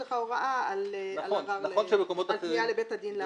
יש לך הוראה על פנייה לבית הדין לעבודה.